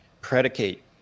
predicate